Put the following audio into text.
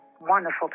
wonderful